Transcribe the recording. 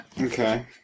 Okay